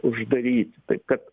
uždaryti taip kad